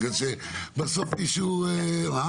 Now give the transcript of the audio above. בגלל שבסוף מישהו --- זה משהו שהוא סטנדרטי.